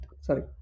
Sorry